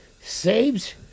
saves